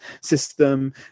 system